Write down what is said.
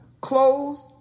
clothes